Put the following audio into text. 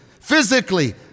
physically